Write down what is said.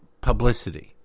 publicity